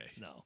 No